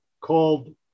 called